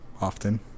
often